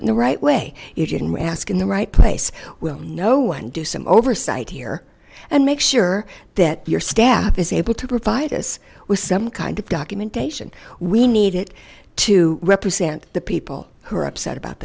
it in the right way it in asking the right place will no one do some oversight here and make sure that your staff is able to provide us with some kind of documentation we need it to represent the people who are upset about